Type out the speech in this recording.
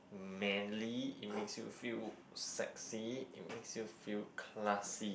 manly it makes you feel sexy it makes you feel classy